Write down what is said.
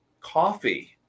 coffee